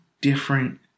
different